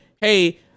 hey